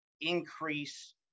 increase